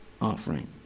offering